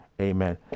amen